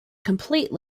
complete